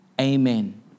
amen